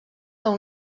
són